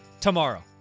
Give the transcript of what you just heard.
tomorrow